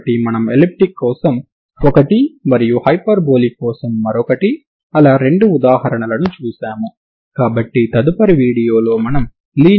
semi infinity సరిహద్దు విలువలు కలిగిన సమస్యల కోసం నేను చేసిన ప్రతి దాన్ని మళ్ళీ ఇక్కడ కూడా చేయడానికి ప్రయత్నిస్తాను సరేనా